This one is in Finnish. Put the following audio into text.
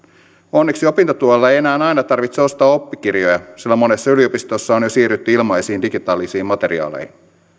onneksi opintotuella ei enää aina tarvitse ostaa oppikirjoja sillä monessa yliopistossa on jo siirrytty ilmaisiin digitaalisiin materiaaleihin